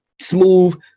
smooth